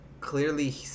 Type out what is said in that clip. clearly